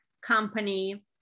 company